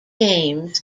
games